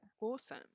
Awesome